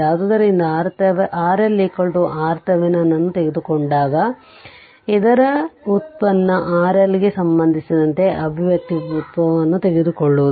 ಆದ್ದರಿಂದ RL RThevenin ಅನ್ನು ತೆಗೆದುಕೊಂಡಾಗ ಇದರ ವ್ಯುತ್ಪನ್ನ RL ಗೆ ಸಂಬಂಧಿಸಿದಂತೆ ಅಭಿವ್ಯಕ್ತಿ ವ್ಯುತ್ಪನ್ನವನ್ನು ತೆಗೆದುಕೊಳ್ಳುವುದು